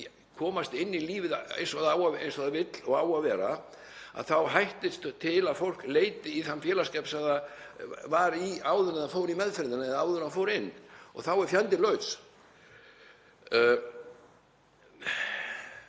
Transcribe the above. komast inn í lífið eins og það vill og á að vera, þá hættir fólki til að leita í þann félagsskap sem það var í áður en það fór í meðferðina eða áður en það fór inn og þá er fjandinn laus.